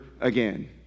again